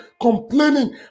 complaining